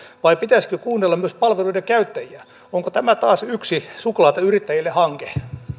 vai pitäisikö kuunnella myös palveluiden käyttäjiä onko tämä taas yksi suklaata yrittäjille hanke